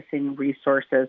resources